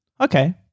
Okay